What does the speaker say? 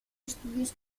estudios